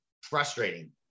frustrating